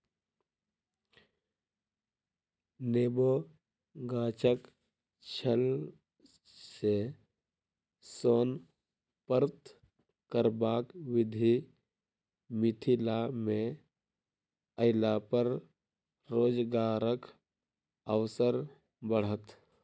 नेबो गाछक छाल सॅ सोन प्राप्त करबाक विधि मिथिला मे अयलापर रोजगारक अवसर बढ़त